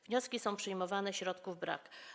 Wnioski są przyjmowane, a środków brak.